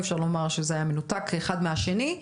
אי אפשר לומר שזה היה מנותק אחד מהשני,